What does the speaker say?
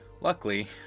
Luckily